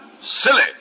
Silly